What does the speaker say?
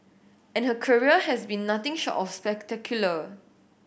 and her career has been nothing short of spectacular